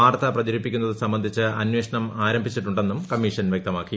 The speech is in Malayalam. വാർത്ത പ്രചരിപ്പിക്കുന്നത് സംബന്ധിച്ച് അന്വേഷണം ആരംഭിച്ചിട്ടുണ്ടെന്നും കമ്മീഷൻ വ്യക്തമാക്കി